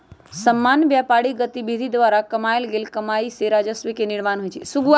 सामान्य व्यापारिक गतिविधि द्वारा कमायल गेल कमाइ से राजस्व के निर्माण होइ छइ